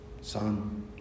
Son